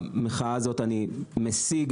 במחאה הזאת אני משיג,